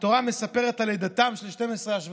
התורה מספרת על לידתם של 12 השבטים